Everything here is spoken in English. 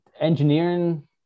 engineering